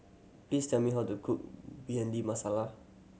please tell me how to cook Bhindi Masala